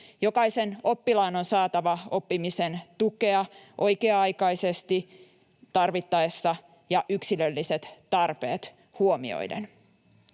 Jokaisen oppilaan on saatava oppimisen tukea oikea-aikaisesti tarvittaessa ja yksilölliset tarpeet huomioiden.